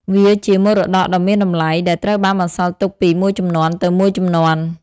វាជាមរតកដ៏មានតម្លៃ ដែលត្រូវបានបន្សល់ទុកពីមួយជំនាន់ទៅមួយជំនាន់។